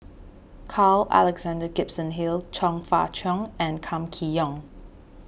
Carl Alexander Gibson Hill Chong Fah Cheong and Kam Kee Yong